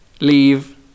Leave